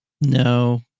No